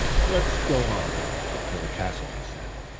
let us go on, up to the castle, he said.